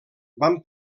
van